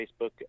Facebook